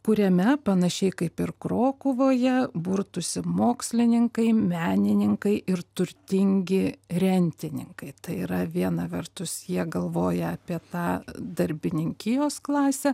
kuriame panašiai kaip ir krokuvoje burtųsi mokslininkai menininkai ir turtingi rentininkai tai yra viena vertus jie galvoja apie tą darbininkijos klasę